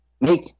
make